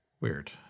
Weird